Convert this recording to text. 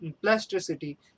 plasticity